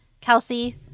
Kelsey